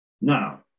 Now